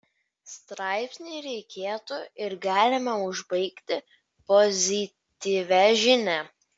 straipsnį reikėtų ir galima užbaigti pozityvia žinia